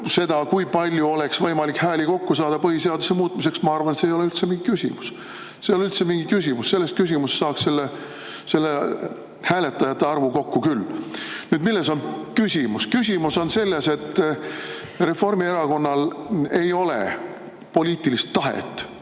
seda, kui palju oleks võimalik hääli kokku saada põhiseaduse muutmiseks, ma arvan, et see ei ole üldse mingi küsimus. See ei ole üldse mingi küsimus, selles küsimuses saaks hääletajate arvu kokku küll. Milles on küsimus? Küsimus on selles, et Reformierakonnal ei ole poliitilist tahet